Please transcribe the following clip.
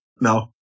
No